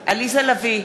עליזה לביא,